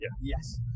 Yes